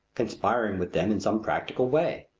conspiring with them in some practical way.